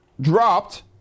dropped